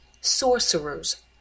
sorcerers